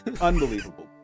unbelievable